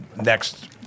next